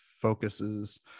focuses